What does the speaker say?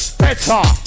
better